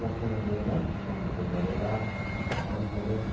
क्याफेमा गएर फर्महरू भरेर आउनु पर्यो